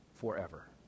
forever